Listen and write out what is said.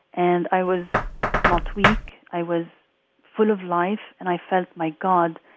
and i was not weak i was full of life and i felt, my god,